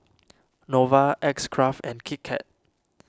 Nova X Craft and Kit Kat